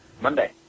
Monday